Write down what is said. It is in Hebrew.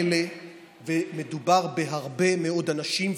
ומדובר בהרבה מאוד אנשים,